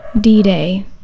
D-Day